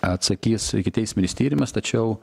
atsakys ikiteisminis tyrimas tačiau